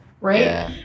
right